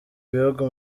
bihugu